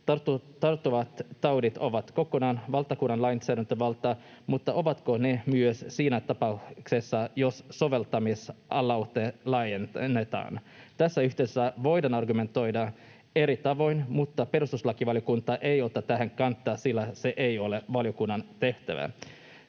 Tarttuvat taudit ovat kokonaan valtakunnan lainsäädäntövallassa, mutta ovatko ne myös siinä tapauksessa, jos soveltamisaluetta laajennetaan? Tässä yhteydessä voidaan argumentoida eri tavoin, mutta perustuslakivaliokunta ei ota tähän kantaa, sillä se ei ole valiokunnan tehtävä.